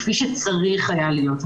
כפי שצריך היה להיות.